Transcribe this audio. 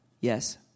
yes